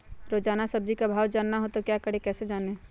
रोजाना सब्जी का भाव जानना हो तो क्या करें कैसे जाने?